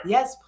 Yes